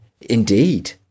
Indeed